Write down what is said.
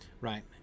right